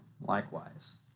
likewise